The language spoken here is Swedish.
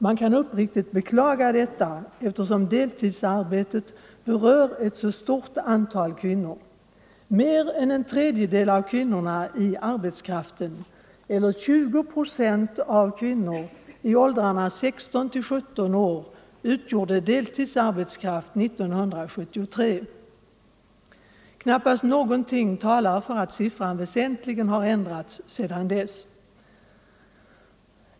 Man kan uppriktigt beklaga detta eftersom deltidsarbetet berör ett stort antal kvinnor. Mer än en tredjedel av kvinnorna bland arbetskraften eller 20 procent av alla kvinnor i åldrarna 16-74 år utgjorde deltidsarbetskraft 1973. Knappast någonting talar för att andelen väsentligen ändrats sedan dess.